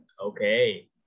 Okay